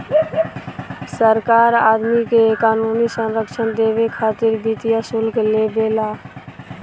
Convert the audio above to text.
सरकार आदमी के क़ानूनी संरक्षण देबे खातिर वित्तीय शुल्क लेवे ला